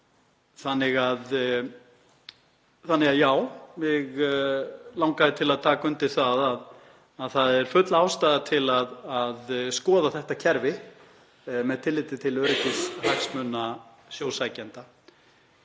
veðurfars. Mig langaði til að taka undir að það er full ástæða til að skoða þetta kerfi með tilliti til öryggishagsmuna sjósækjenda